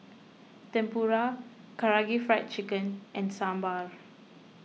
Tempura Karaage Fried Chicken and Sambar